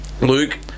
Luke